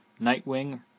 Nightwing